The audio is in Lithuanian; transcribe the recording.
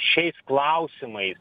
šiais klausimais